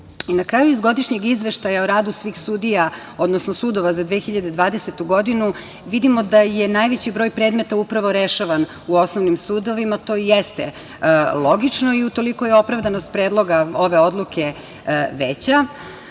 kraju, iz Godišnjeg izveštaja o radu svih sudija, odnosno sudova za 2020. godinu, vidimo da je najveći broj predmeta upravo rešavam u osnovnim sudovima. To i jeste logično i utoliko je opravdanost predloga ove odluke